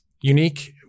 unique